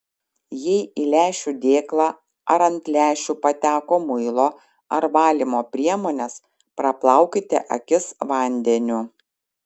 jei į lęšių dėklą ir ant lęšių pateko muilo ar valymo priemonės praplaukite akis vandeniu